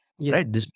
right